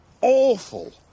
awful